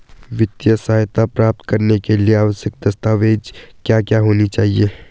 वित्तीय सहायता प्राप्त करने के लिए आवश्यक दस्तावेज क्या क्या होनी चाहिए?